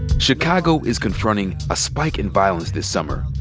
chicago is confronting a spike in violence this summer.